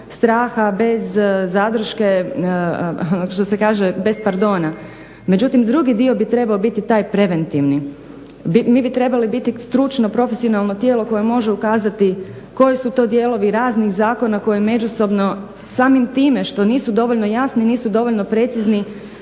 straha, bez zadrške, što se kaže bez pardona, međutim drugi dio bi trebao biti taj preventivni. Mi bi trebali biti stručno profesionalno tijelo koje može ukazati koji su to dijelovi raznih zakona koje međusobno samim time što nisu dovoljno jasni, nisu dovoljno precizni